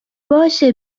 باشه